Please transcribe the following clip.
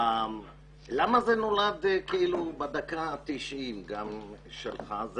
למה זה נולד בדקה ה-90 שלך,